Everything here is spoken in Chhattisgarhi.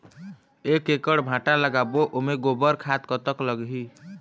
एक एकड़ भांटा लगाबो ओमे गोबर खाद कतक लगही?